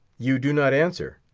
you do not answer.